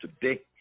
today